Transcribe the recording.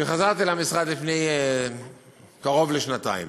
חזרתי למשרד לפני קרוב לשנתיים.